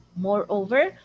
moreover